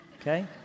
Okay